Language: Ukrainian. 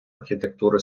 архітектури